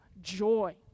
joy